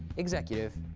executive,